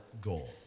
goal